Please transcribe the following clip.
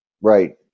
Right